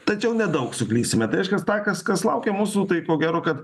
tačiau nedaug suklysime tai reiškias tą kas kas laukia mūsų tai ko gero kad